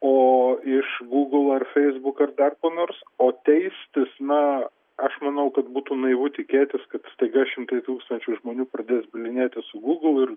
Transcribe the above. o iš gūgl ar feisbuk ar dar kur nors o teistis na aš manau kad būtų naivu tikėtis kad staiga šimtai tūkstančių žmonių pradės bylinėtis su gūgl ir